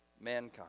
mankind